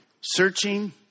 Searching